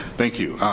thank you.